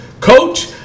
Coach